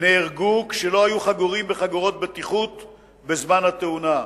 נהרגו כשלא היו חגורים בחגורות בטיחות בזמן התאונה.